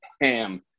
ham